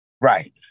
right